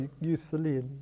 usefully